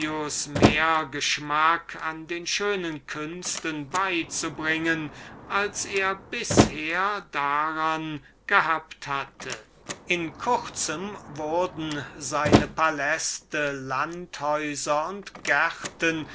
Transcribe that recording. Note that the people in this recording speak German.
mehr geschmack an den schönen künsten beizubringen als er bisher davon gehabt hatte in kurzem wurden seine paläste landhäuser und gärten